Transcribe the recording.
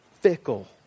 fickle